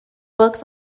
books